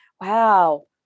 wow